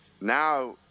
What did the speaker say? Now